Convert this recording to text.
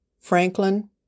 Franklin